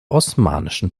osmanischen